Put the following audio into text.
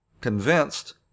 convinced